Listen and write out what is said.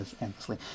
endlessly